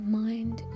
mind